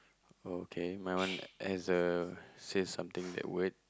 okay mine one has a says something that word